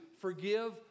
forgive